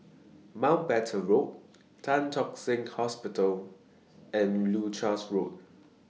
Mountbatten Road Tan Tock Seng Hospital and Leuchars Road